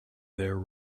there